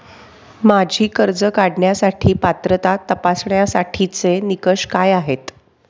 माझी कर्ज काढण्यासाठी पात्रता तपासण्यासाठीचे निकष काय आहेत?